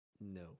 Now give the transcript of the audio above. No